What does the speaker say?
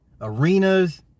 arenas